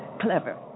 clever